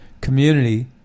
community